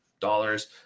dollars